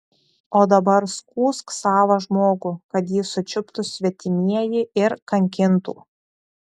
o dabar skųsk savą žmogų kad jį sučiuptų svetimieji ir kankintų